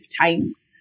Times